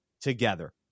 together